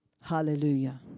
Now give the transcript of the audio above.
Hallelujah